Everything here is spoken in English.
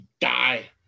die